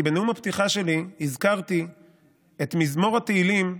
כי בנאום הפתיחה שלי הזכרתי את מזמור התהילים,